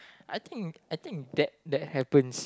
I think I think that that happens